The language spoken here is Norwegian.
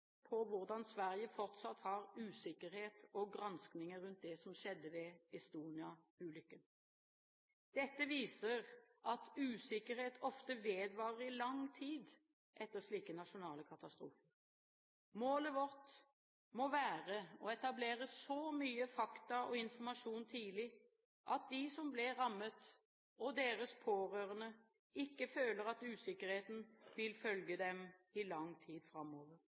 på hvordan Sverige fortsatt har usikkerhet og granskninger rundt det som skjedde ved Estonia-ulykken. Dette viser at usikkerhet ofte vedvarer i lang tid etter slike nasjonale katastrofer. Målet vårt må være å etablere så mye fakta og informasjon tidlig, at de som blir rammet, og deres pårørende ikke føler at usikkerheten vil følge dem i lang tid framover,